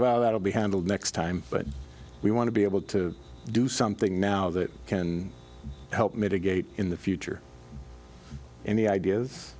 well that will be handled next time but we want to be able to do something now that can help mitigate in the future an